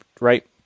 right